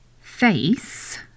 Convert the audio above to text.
face